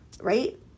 right